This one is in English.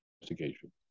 investigation